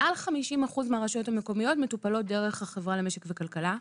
מעל 50 אחוזים מהרשויות המקומיות מטופלות דרך החברה למשק וכלכלה.